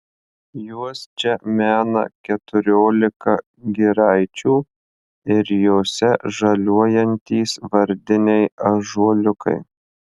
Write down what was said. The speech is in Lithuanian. juos čia mena keturiolika giraičių ir jose žaliuojantys vardiniai ąžuoliukai